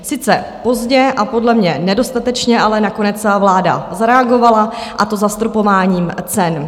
Sice pozdě a podle mě nedostatečně, ale nakonec vláda zareagovala, a to zastropováním cen.